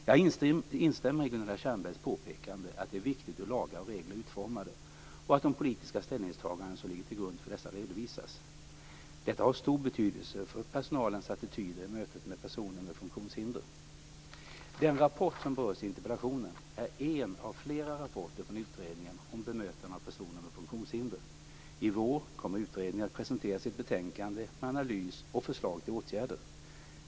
Jag instämmer i Gunilla Tjernbergs påpekande att det är viktigt hur lagar och regler är utformade och att de politiska ställningstaganden som ligger till grund för dessa redovisas. Detta har stor betydelse för personalens attityder i mötet med personer med funktionshinder. Den rapport som berörs i interpellationen är en av flera rapporter från utredningen om bemötande av personer med funktionshinder. I vår kommer utredningen att presentera sitt betänkande med analys och förslag till åtgärder.